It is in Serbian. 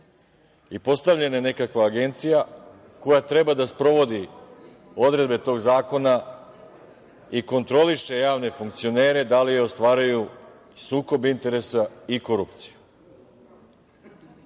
i postavljena je nekakva Agencija koja treba da sprovodi odredbe tog zakona i kontroliše javne funkcionere da li ostvaruju sukob interesa i korupciju.I